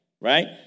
Right